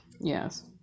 Yes